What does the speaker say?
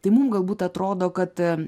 tai mum galbūt atrodo kad a